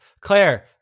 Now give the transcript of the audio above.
Claire